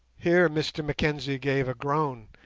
here mr mackenzie gave a groan,